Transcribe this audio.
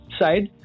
side